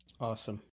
Awesome